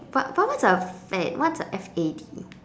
but but what what's a fad what's a F A D